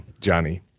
Johnny